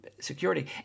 security